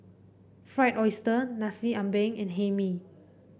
Fried Oyster Nasi Ambeng and Hae Mee